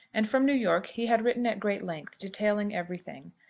and from new york he had written at great length, detailing everything.